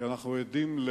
כי אנחנו עדים,